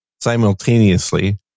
simultaneously